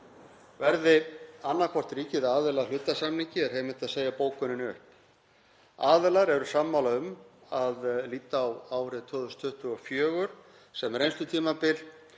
Verði annað hvort ríkið aðili að hlutasamningi er heimilt að segja bókuninni upp. Aðilar eru sammála um að líta á árið 2024 sem reynslutímabil